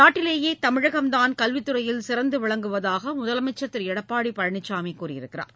நாட்டிலேயே தமிழகம்தான் கல்வித் துறையில் சிறந்து விளங்குவதாக முதலமைச்சர் திரு எடப்பாடி பழனிசாமி கூறியுள்ளார்